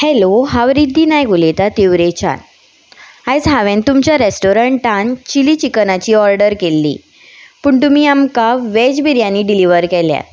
hello हांव रिद्दी नायक उलयता तिवरेच्यान आयज हांवेन तुमच्या रेस्टोरंटान चिली चिकनाची ऑर्डर केल्ली पूण तुमी आमकां वेज बिर्याणी डिलिव्हर केल्या